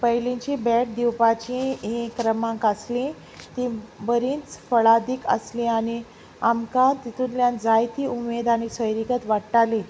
पयलींची भेट दिवपाची ही क्रमांक आसली ती बरीच फळादीक आसली आनी आमकां तितूंतल्यान जायती उमेद आनी सोयरीगत वाडटाली